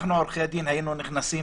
אנחנו עורכי הדין היינו נכנסים,